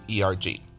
erg